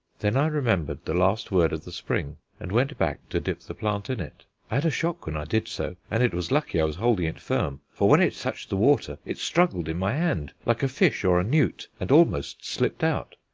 then i remembered the last word of the spring and went back to dip the plant in it. i had a shock when i did so, and it was lucky i was holding it firm, for when it touched the water it struggled in my hand like a fish or a newt and almost slipped out.